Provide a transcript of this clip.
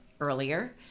earlier